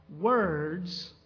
Words